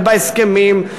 ובהסכמים,